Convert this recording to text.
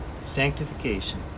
sanctification